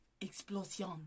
explosion